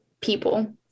people